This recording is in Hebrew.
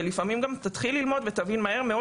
לפעמים גם תתחיל ללמוד ותבין מהר מאוד